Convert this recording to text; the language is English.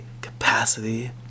capacity